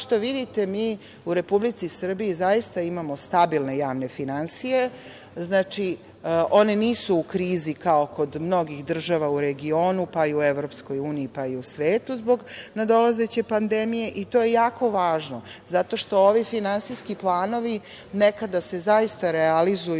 što vidite, mi u Republici Srbiji zaista imamo stabilne javne finansije. Znači, one nisu u krizi kao kod mnogih država u regionu pa i u Evropskoj uniji, pa i u svetu zbog nadolazeće pandemije, i to je jako važno zato što ovi finansijski planovi nekada se zaista realizuju,